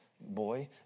boy